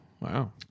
Wow